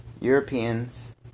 Europeans